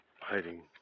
hiding